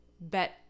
bet